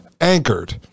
anchored